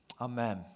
Amen